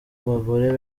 abagore